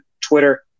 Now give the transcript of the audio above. Twitter